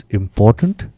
important